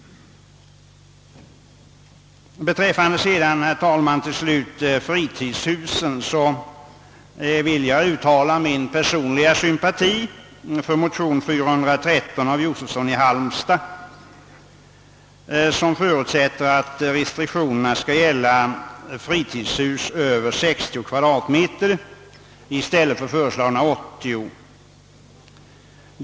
Slutligen vill jag beträffande fritidshusen, herr talman, uttala min personliga sympati för motion II: 413 av herr Josefsson i Halmstad m.fl., som förutsätter att restriktionerna skall gälla fritidshus över 60 m? i stället för som föreslagits 80 m?.